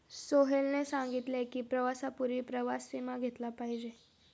सोहेलने सांगितले की, प्रवासापूर्वी प्रवास विमा घेतला पाहिजे